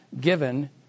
given